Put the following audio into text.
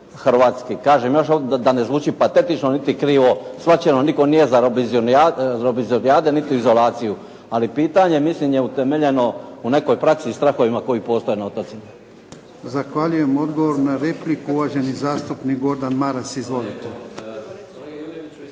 hrvatski. Kažem, da ne zvuči patetično, ni krivo shvaćeno, nitko nije za robisonijade niti za izolaciju. Ali pitanje mislim je utemeljeno u nekoj praksi i strahovima koji postoje na otocima. **Jarnjak, Ivan (HDZ)** Zahvaljujem. Odgovor na repliku uvaženi zastupnik Gordan Maras. Izvolite.